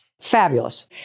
Fabulous